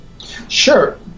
sure